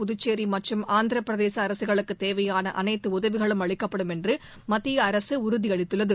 புதுச்சேரி மற்றும் ஆந்திரப்பிரதேச அரசுகளுக்கு தேவையான அனைத்து உதவிகளும் அளிக்கப்படும் என்று மத்தியஅரசு உறுதியளித்துள்ளது